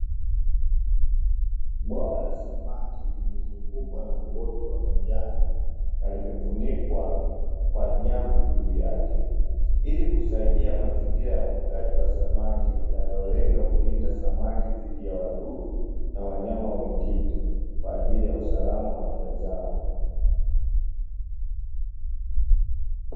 Bwawa la samaki limezungukwa na uoto wa majani na limefunikwa kwa nyavu juu yake, ili kusaidia mazingira ya ukuaji wa samaki yanayolenga kulinda samaki dhidi ya wadudu na wanyama wengine kwa ajili ya usalama wa afya zao.